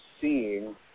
seeing